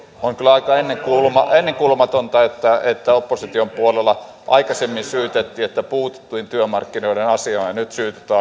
on kyllä aika ennenkuulumatonta ennenkuulumatonta että että opposition puolella aikaisemmin syytettiin että puututtiin työmarkkinoiden asioihin ja nyt